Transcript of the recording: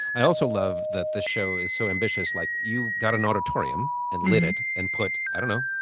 i also love that this show is so ambitious. like, you got an auditorium and lit it and put, i don't know,